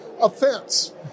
offense